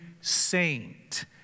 saint